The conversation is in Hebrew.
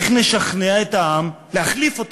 איך נשכנע את העם להחליף אותה?